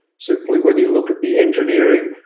simply whether you look at the engineering,